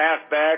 halfback